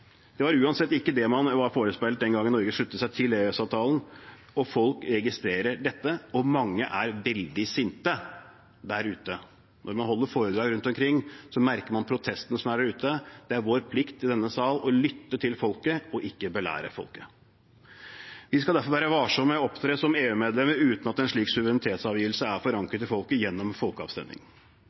Det var uansett ikke det man var forespeilet den gangen Norge sluttet seg til EØS-avtalen. Folk registrerer dette, og mange er veldig sinte der ute. Når man holder foredrag rundt omkring, merker man protestene som er der ute. Det er en plikt for oss i denne sal å lytte til folket og ikke belære folket. Vi skal derfor være varsomme med å opptre som EU-medlemmer uten at en slik suverenitetsavgivelse er forankret i folket gjennom folkeavstemning.